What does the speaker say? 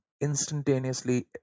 instantaneously